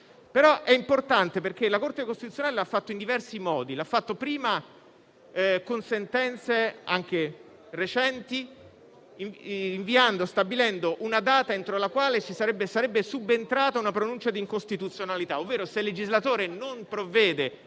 avere. È importante perché la Corte costituzionale l'ha fatto in diversi modi, con sentenze anche recenti, stabilendo una data entro la quale sarebbe subentrata una pronuncia di incostituzionalità (ovvero, se il legislatore non avesse